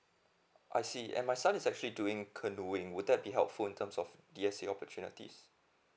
I see and my son is actually doing canoeing would that be helpful in terms of D_S_A opportunities